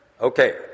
Okay